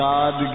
God